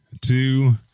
two